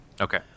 Okay